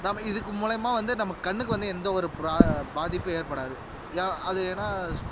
நம்ம இதுக்கு மூலயமா வந்து நம்ம கண்ணுக்கு வந்து எந்த ஒரு பாதிப்பும் ஏற்படாது அது ஏன்னா